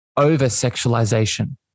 over-sexualization